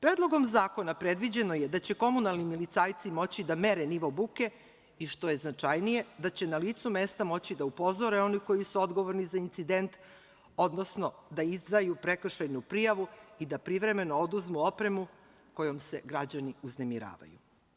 Predlogom zakona predviđeno je da će komunalni milicajci moći da mere nivo buke i što je značajnije da će na licu mesta moći da upozore one koji su odgovorni za incident, odnosno da izdaju prekršajnu prijavu i da privremeno oduzmu opremu kojom se građani uznemiravaju.